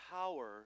power